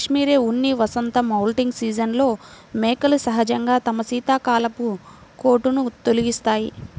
cashmere ఉన్ని వసంత moulting సీజన్లో మేకలు సహజంగా తమ శీతాకాలపు కోటును తొలగిస్తాయి